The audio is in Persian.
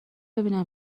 ببینیم